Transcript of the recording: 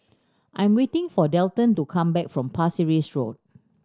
I am waiting for Dalton to come back from Pasir Ris Road